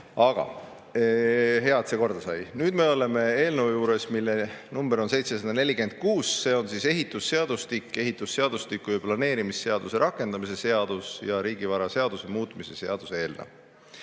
Aga hea, et see korda sai. Nüüd me oleme eelnõu juures, mille number on 746. See on ehitusseadustiku, ehitusseadustiku ja planeerimisseaduse rakendamise seaduse ja riigivaraseaduse muutmise seaduse eelnõu